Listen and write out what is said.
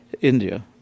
India